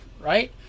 right